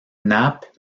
nap